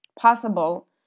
possible